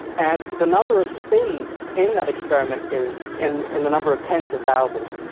and the number of spins in that experiment is in in the number of tens of thousands.